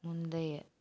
முந்தைய